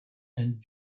and